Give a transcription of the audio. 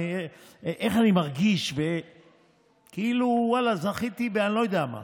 אני מרגיש כאילו זכיתי באני לא יודע מה,